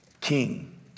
King